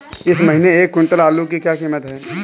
इस महीने एक क्विंटल आलू की क्या कीमत है?